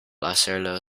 hacerlo